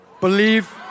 believe